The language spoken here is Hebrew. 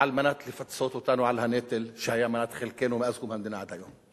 כדי לפצות אותנו על הנטל שהיה מנת חלקנו מאז קום המדינה עד היום.